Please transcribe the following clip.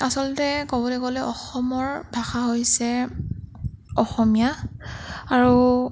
আচলতে ক'বলৈ গ'লে অসমৰ ভাষা হৈছে অসমীয়া আৰু